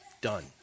Done